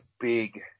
big